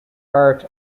art